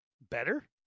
Better